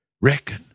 Reckon